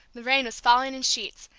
the rain was falling in sheets,